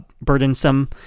burdensome